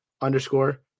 underscore